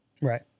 Right